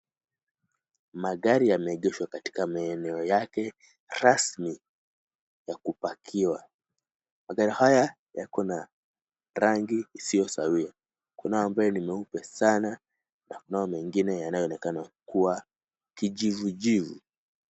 Magari yameegeshwa katika maeneo yake rasmi ya kupakiwa. Magari haya yako na rangi isio sawia. Kuna yale ambayo ni meupe sana na kunao mengine yanaonekana kuwa kijivujivu.